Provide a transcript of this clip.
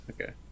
Okay